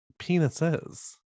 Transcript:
penises